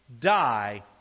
die